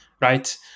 Right